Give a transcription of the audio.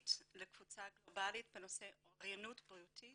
עולמית לקבוצה גלובלית בנושא אורייניות בריאותית